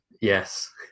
Yes